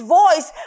voice